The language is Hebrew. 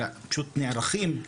אלא פשוט נערכים,